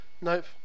Nope